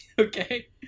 okay